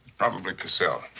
probably caselle.